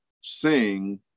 sing